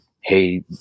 Hey